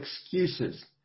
excuses